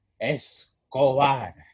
Escobar